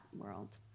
world